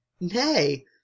Nay